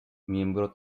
miembro